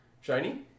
Shiny